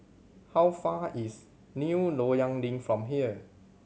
how far is New Loyang Link from here